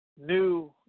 new